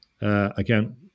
Again